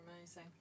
amazing